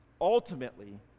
Ultimately